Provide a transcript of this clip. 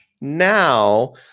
now